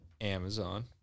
Amazon